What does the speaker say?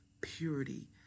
purity